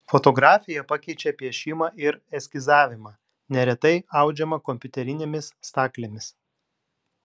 fotografija pakeičia piešimą ir eskizavimą neretai audžiama kompiuterinėmis staklėmis